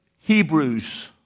Hebrews